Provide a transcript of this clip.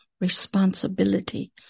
responsibility